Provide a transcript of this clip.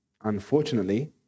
unfortunately